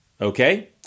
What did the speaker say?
okay